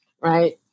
right